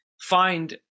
find